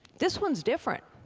this one's different.